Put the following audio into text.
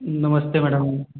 नमस्ते मैडम